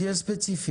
תהיה ספציפי.